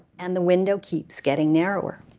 and the window keeps getting narrower.